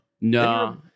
no